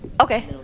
okay